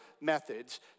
methods